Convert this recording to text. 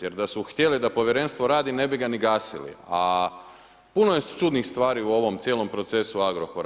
Jer da su htjeli da povjerenstvo radi, ne bi ga ni gasili, a puno je čudnih stvari u ovom cijelom procesu Agrokora.